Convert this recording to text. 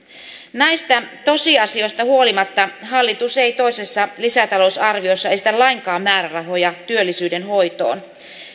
näistä tosiasioista huolimatta hallitus ei toisessa lisätalousarviossa esitä lainkaan määrärahoja työllisyyden hoitoon